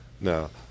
Now